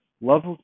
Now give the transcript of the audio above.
love